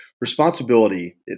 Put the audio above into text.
responsibility